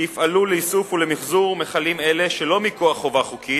שיפעלו לאיסוף ולמיחזור מכלים אלה שלא מכוח חובה חוקית,